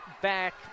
back